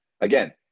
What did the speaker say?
Again